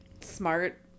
smart